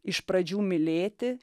iš pradžių mylėti